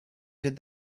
did